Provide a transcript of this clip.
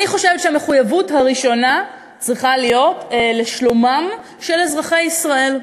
אני חושבת שהמחויבות הראשונה צריכה להיות לשלומם של אזרחי ישראל.